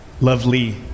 Lovely